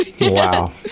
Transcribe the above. wow